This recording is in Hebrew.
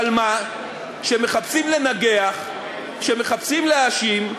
אבל מה, כשמחפשים לנגח, כשמחפשים להאשים,